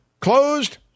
Closed